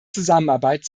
zusammenarbeit